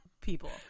people